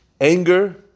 anger